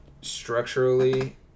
structurally